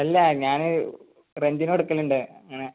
ഇല്ല ഞാൻ റെൻറ്റിന് കൊടുക്കണ്ണ്ട് അങ്ങനെ